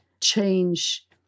change